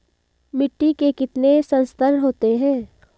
मिट्टी के कितने संस्तर होते हैं?